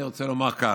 אני רוצה לומר כך: